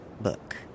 book